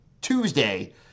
Tuesday